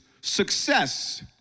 success